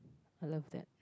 I love that